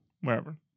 Wherever